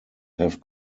have